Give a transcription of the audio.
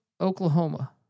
Oklahoma